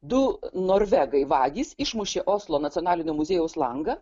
du norvegai vagys išmušė oslo nacionalinio muziejaus langą